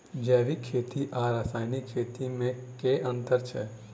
जैविक खेती आ रासायनिक खेती मे केँ अंतर छै?